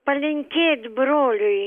palinkėt broliui